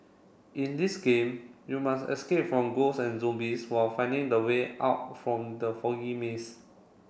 in this game you must escape from ghosts and zombies while finding the way out from the foggy maze